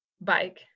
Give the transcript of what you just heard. Bike